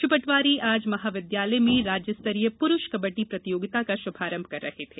श्री पटवारी आज महाविद्यालय में राज्य स्तरीय पुरूष कबड्डी प्रतियोगिता का शुभारंभ कर रहे थे